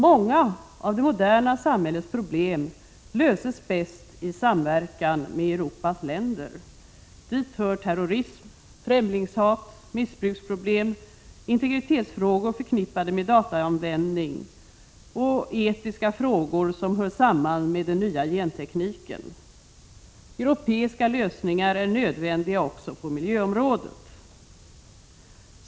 Många av det moderna samhällets problem löses bäst i samverkan med Europas länder. Dit hör terrorism, främlingshat, missbruksproblem, integritetsfrågor förknippade med dataanvändning, och etiska frågor som hör samman med den nya gentekniken. Europeiska lösningar är nödvändiga också på miljöområdet.